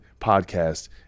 podcast